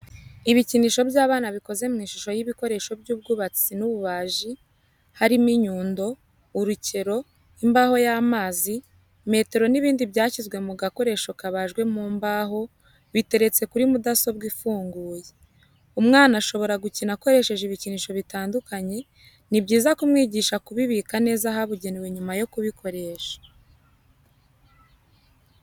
Ibikinisho by'abana bikoze mu ishusho y'ibikoresho by'ubwubatsi n'ububaji, harimo inyundo, urukero, imbaho y'amazi, metero n'ibindi byashyizwe mu gakoresho kabajwe mu mbaho, biteretse kuri mudasobwa ifunguye. Umwana ashobora gukina akoresheje ibikinisho bitandukanye, ni byiza kumwigisha kubibika neza ahabugenewe nyuma yo kubikoresha.